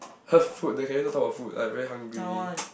!huh! food then can we don't talk about food I very hungry